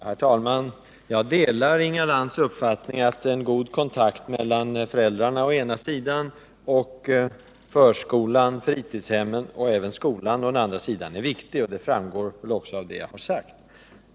Herr talman! Jag delar Inga Lantz uppfattning att en god kontakt mellan föräldrarna å ena sidan och förskolan, fritidshemmet och även skolan å andra sidan är viktig, och det framgår också av det jag har sagt.